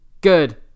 Good